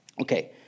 Okay